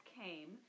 came